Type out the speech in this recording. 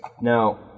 Now